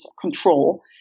control